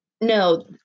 no